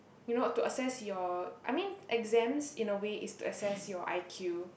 you know to assess your I mean exams in a way is to assess your I_Q